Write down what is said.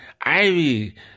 Ivy